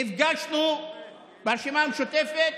נפגשנו ברשימה המשותפת